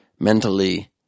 Mentally